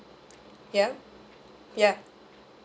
ya ya